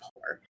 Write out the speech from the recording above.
poor